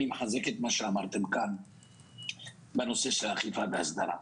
אני מחזק את מה שנאמר בנושא האכיפה וההסדרה.